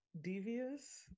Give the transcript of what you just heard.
devious